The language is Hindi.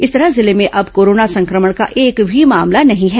इस तरह जिले में अब कोरोना संक्रमण का एक भी मामला नहीं है